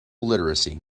literacy